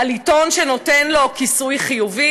על עיתון שנותן לו כיסוי חיובי?